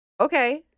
Okay